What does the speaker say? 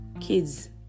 kids